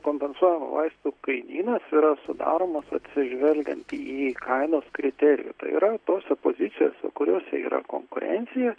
kompensuojamų vaistų kainynas yra sudaromas atsižvelgiant į į kainos kriterijų tai yra tose pozicijose kuriose yra konkurencija